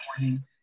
morning